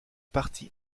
partie